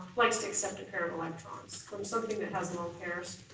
likes to accept a pair of electrons from something that has lone pairs.